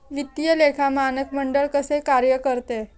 वित्तीय लेखा मानक मंडळ कसे कार्य करते?